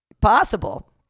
possible